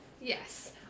Yes